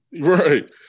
Right